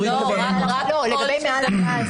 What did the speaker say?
אני לא חושבת שצריך להרחיב בכל עת ובכל שעה משעות היממה.